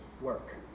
work